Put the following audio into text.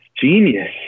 genius